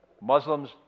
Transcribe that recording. Muslims